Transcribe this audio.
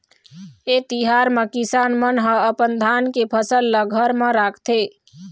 ए तिहार म किसान मन ह अपन धान के फसल ल घर म राखथे